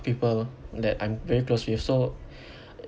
people that I'm very close with so